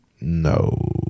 No